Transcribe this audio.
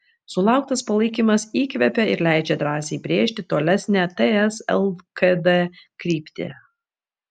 sulauktas palaikymas įkvepia ir leidžia drąsiai brėžti tolesnę ts lkd kryptį